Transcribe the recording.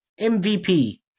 MVP